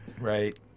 Right